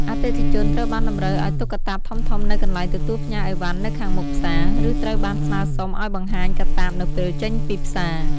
អតិថិជនត្រូវបានតម្រូវឱ្យទុកកាតាបធំៗនៅកន្លែងទទួលផ្ញើឥវ៉ាន់នៅខាងមុខផ្សារ ឬត្រូវបានស្នើសុំឱ្យបង្ហាញកាតាបនៅពេលចេញពីផ្សារ។